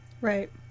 right